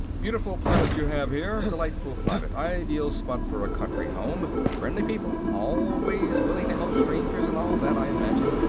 beautiful planet you have here. delightful climate! ideal spot for a country home. friendly people, always willing to help strangers and all that i imagine.